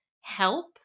help